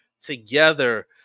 together